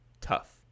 tough